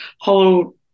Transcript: whole